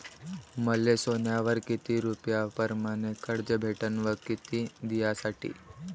मले सोन्यावर किती रुपया परमाने कर्ज भेटन व किती दिसासाठी?